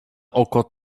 oko